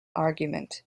argument